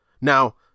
now